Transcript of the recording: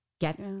get